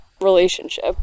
relationship